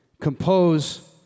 compose